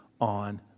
on